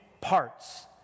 parts